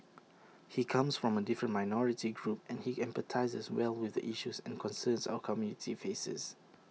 he comes from A different minority group and he empathises well with the issues and concerns our community faces